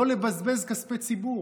לא לבזבז כספי ציבור.